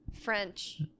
French